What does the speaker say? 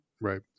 right